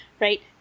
right